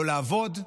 לא לעבוד,